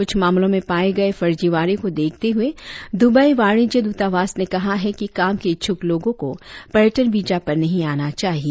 कुछ मामलों में पाये गये फर्जीवाड़े को देखते हुए दुबई वाणिज्य द्रतावास ने कहा है कि काम के इच्छुक लोगों को पर्यटन वीजा पर नहीं आना चाहिए